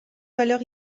valeur